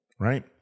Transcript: right